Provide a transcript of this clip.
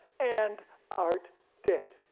and art dead.